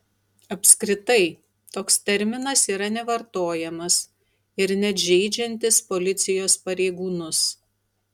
apskritai toks terminas yra nevartojamas ir net žeidžiantis policijos pareigūnus